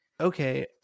Okay